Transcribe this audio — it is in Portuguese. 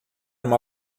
uma